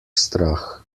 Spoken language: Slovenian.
strah